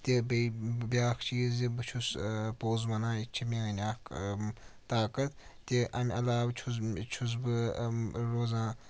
تہِ بیٚیہِ بٛیاکھ چیٖز زِ بہٕ چھُس پوٚز وَنان یہِ چھِ میٛٲنۍ اَکھ طاقت تہِ امہِ علاوٕ چھُس چھُس بہٕ روزان